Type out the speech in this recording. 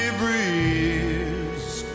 breeze